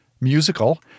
musical